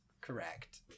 Correct